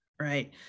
right